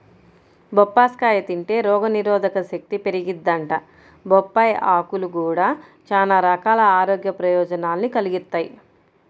బొప్పాస్కాయ తింటే రోగనిరోధకశక్తి పెరిగిద్దంట, బొప్పాయ్ ఆకులు గూడా చానా రకాల ఆరోగ్య ప్రయోజనాల్ని కలిగిత్తయ్